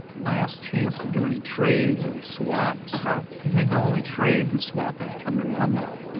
last chance to do any trades, any swaps. i think the only trade and swap that come to my mind,